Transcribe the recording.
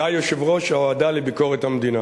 אתה יושב-ראש הוועדה לביקורת המדינה,